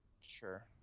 Sure